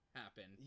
happen